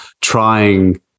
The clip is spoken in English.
trying